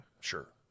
Sure